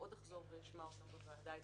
ועוד אחזור ואשמע אותם בוועדה אצלי,